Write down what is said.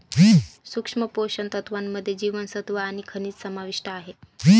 सूक्ष्म पोषण तत्त्वांमध्ये जीवनसत्व आणि खनिजं समाविष्ट आहे